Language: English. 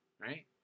right